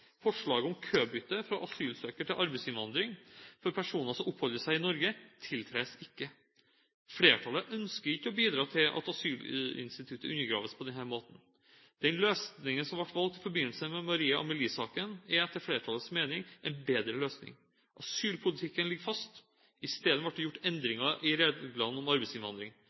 Forslaget om købytte, fra asylsøker til arbeidsinnvandrer, for personer som oppholder seg i Norge, tiltres ikke. Flertallet ønsker ikke å bidra til at asylinstituttet undergraves på denne måten. Den løsningen som ble valgt i forbindelse med Maria Amelie-saken, er etter flertallets mening en bedre løsning. Asylpolitikken ligger fast. I stedet ble det gjort endringer i reglene om arbeidsinnvandring.